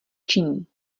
činí